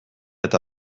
eta